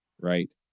right